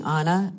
Anna